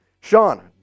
Sean